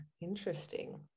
interesting